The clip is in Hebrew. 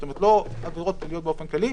זאת אומרת לא עבירות פליליות באופן כללי,